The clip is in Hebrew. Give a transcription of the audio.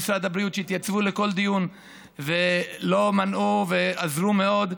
שהתייצבו לכל דיון ולא מנעו ועזרו מאוד,